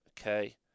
Okay